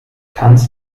tanz